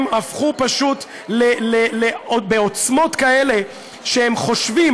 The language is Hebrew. הם הפכו פשוט בעוצמות כאלה שהם חושבים,